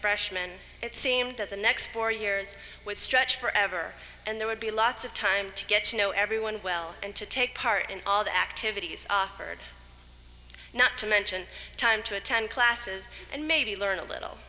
freshman it seemed that the next four years with stretch forever and there would be lots of time to get to know everyone well and to take part in all the activities offered not to mention time to attend classes and maybe learn a little